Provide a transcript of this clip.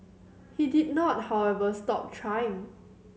he did not however stop trying